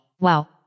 Wow